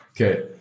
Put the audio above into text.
Okay